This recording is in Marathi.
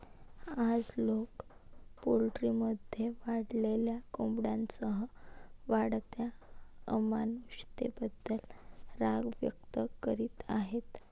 आज, लोक पोल्ट्रीमध्ये वाढलेल्या कोंबड्यांसह वाढत्या अमानुषतेबद्दल राग व्यक्त करीत आहेत